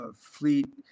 fleet